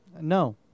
No